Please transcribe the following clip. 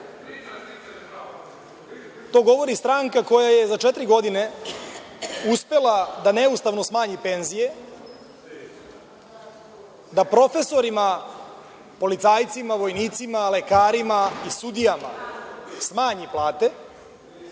to govori stranka koja je za četiri godine uspela da neustavno smanji penzije, da profesorima, policajcima, vojnicima, lekarima i sudijama smanji plate,